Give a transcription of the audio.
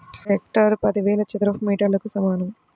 ఒక హెక్టారు పదివేల చదరపు మీటర్లకు సమానం